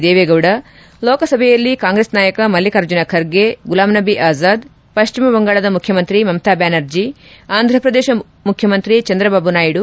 ದೇವೇಗೌಡ ಲೋಕಸಭೆಯಲ್ಲಿ ಕಾಂಗ್ರೆಸ್ ನಾಯಕ ಮಲ್ಲಿಕಾರ್ಜುನ ಖರ್ಗೆ ಗುಲಾಮ್ ನಬಿ ಅಜಾದ್ ಪ್ಲಿಮ ಬಂಗಾಳದ ಮುಖ್ಯಮಂತ್ರಿ ಮತಾಬ್ಲಾನರ್ಜಿ ಆಂಧ್ರಶ್ರದೇಶ ಮುಖ್ಯಮಂತ್ರಿ ಚಂದ್ರಬಾಬು ನಾಯ್ಲು